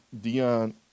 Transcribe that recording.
Dion